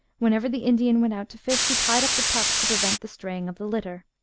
whenever the indian went out to fish, he tied up the pups, to prevent the straying of the litter.